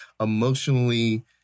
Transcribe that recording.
emotionally